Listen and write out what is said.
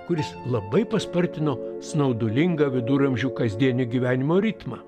kuris labai paspartino snaudulingą viduramžių kasdienio gyvenimo ritmą